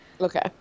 Okay